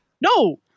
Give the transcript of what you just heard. No